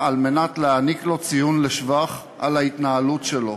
להעניק לו ציון לשבח על ההתנהלות שלו,